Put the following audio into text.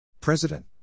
President